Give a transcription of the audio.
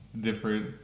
different